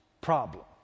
problem